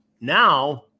Now